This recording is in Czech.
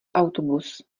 autobus